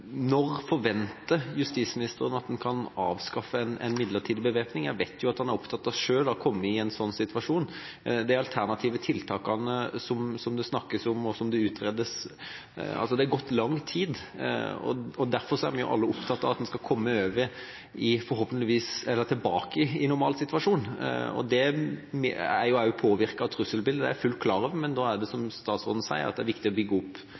Når forventer justisministeren at en kan avskaffe en midlertidig bevæpning? Jeg vet jo at han selv er opptatt av å komme i en slik situasjon. Når det gjelder de alternative tiltakene som det snakkes om, og som utredes: Det har gått lang tid, og derfor er vi alle opptatt av at en forhåpentligvis skal tilbake i normal situasjon. Det er jo også påvirket av trusselbildet, det er jeg fullt klar over. Men nå er det, som statsråden sier, viktig å bygge opp